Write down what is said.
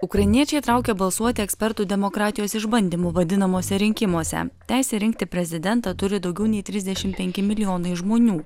ukrainiečiai traukia balsuoti ekspertų demokratijos išbandymu vadinamuose rinkimuose teisę rinkti prezidentą turi daugiau nei trisdešim penki milijonai žmonių